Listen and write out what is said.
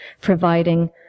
providing